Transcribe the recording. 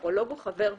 האורולוג הוא חבר ועדה.